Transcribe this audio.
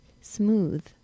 smooth